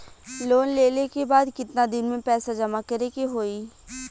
Loan लेले के बाद कितना दिन में पैसा जमा करे के होई?